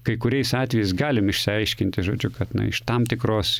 kai kuriais atvejais galim išsiaiškinti žodžiu kad na iš tam tikros